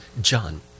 John